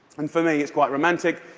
and for me, it's quite romantic,